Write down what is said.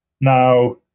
Now